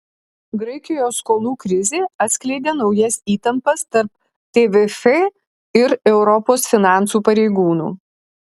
graikijos skolų krizė atskleidė naujas įtampas tarp tvf ir europos finansų pareigūnų